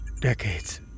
Decades